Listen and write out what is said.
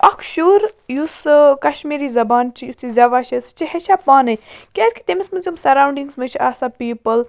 اَکھ شُر یُس ٲں کَشمیٖری زَبان چھِ یُتھ یہِ زیٚوا چھِ سُہ چھِ ہیٚچھان پانَے کیٛازِکہِ تٔمِس منٛز یِم سَراونٛڈِنٛگَس منٛز چھِ آسان پیٖپٕل